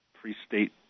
pre-state